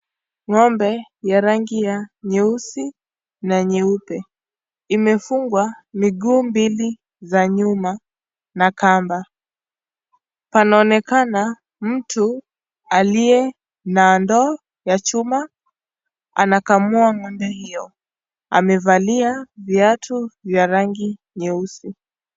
Ng'ombe ya rangi ya nyeusi na nyeupe, imefungwa miguu mbili za nyuma na kamba, panaonekana mtu aliye na ndoo ya chuma anakamua ng'ombe hiyo amevalia viatu vya rangi nyeusi.